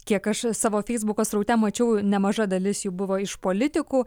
kiek aš savo feisbuko sraute mačiau nemaža dalis jų buvo iš politikų